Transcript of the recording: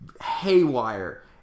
haywire